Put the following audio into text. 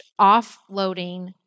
offloading